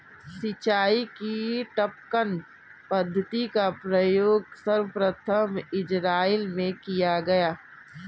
सिंचाई की टपकन पद्धति का प्रयोग सर्वप्रथम इज़राइल में किया गया